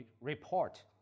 report